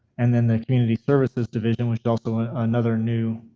and then the community services division, which is also another new